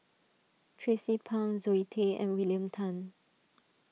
Tracie Pang Zoe Tay and William Tan